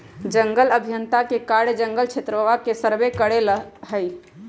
जंगल अभियंता के कार्य जंगल क्षेत्रवा के सर्वे करे ला हई